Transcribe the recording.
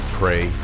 pray